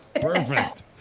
Perfect